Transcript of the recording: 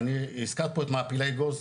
הזכרת פה את מעפילי אגוז,